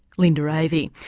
linda avey.